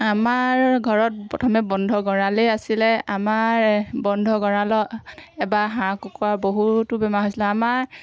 আমাৰ ঘৰত প্ৰথমে বন্ধ গঁড়ালেই আছিলে আমাৰ বন্ধ গঁড়ালত এবাৰ হাঁহ কুকুৰা বহুতো বেমাৰ হৈছিলে আমাৰ